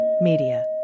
Media